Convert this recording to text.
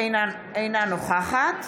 אינה נוכחת